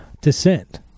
descent